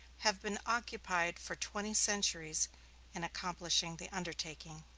have been occupied for twenty centuries in accomplishing the undertaking.